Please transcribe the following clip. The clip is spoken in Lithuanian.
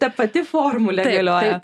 ta pati formulė galioja